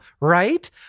right